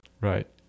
Right